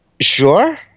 Sure